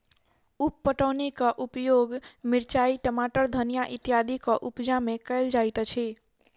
उप पटौनीक उपयोग मिरचाइ, टमाटर, धनिया इत्यादिक उपजा मे कयल जाइत अछि